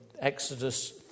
Exodus